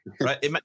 Right